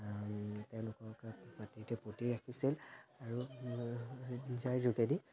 তেওঁলোকক মাটিতে পুতি ৰাখিছিল আৰু যাৰ যোগেদি